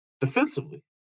defensively